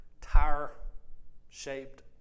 tire-shaped